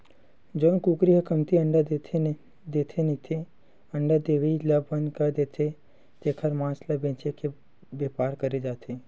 जउन कुकरी ह कमती अंडा देथे नइते अंडा देवई ल बंद कर देथे तेखर मांस ल बेचे के बेपार करे जाथे